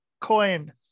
coin